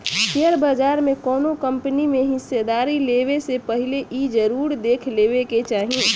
share बाजार में कौनो कंपनी में हिस्सेदारी लेबे से पहिले इ जरुर देख लेबे के चाही